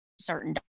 certain